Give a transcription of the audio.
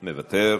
מוותר,